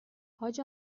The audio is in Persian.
حاج